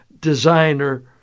designer